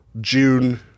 June